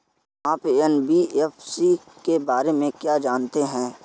आप एन.बी.एफ.सी के बारे में क्या जानते हैं?